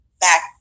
back